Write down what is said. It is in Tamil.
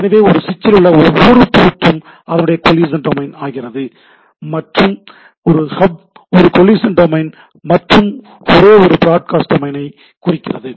எனவே ஒரு சுவிட்சில் உள்ள ஒவ்வொரு போர்ட்டும் அதனுடைய கொலிஷன் டொமைன் ஆகிறது மற்றும் ஹப் ஒரு கொலிஷன் டொமைன் மற்றும் ஒரே ஒரு ப்ராட்கேஸ்ட் டொமைனைக் குறிக்கிறது